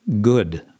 good